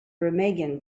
remagen